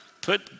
Put